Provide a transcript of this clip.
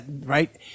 right